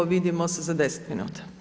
Vidimo se za 10 minuta.